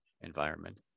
environment